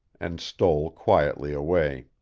and stole quietly away.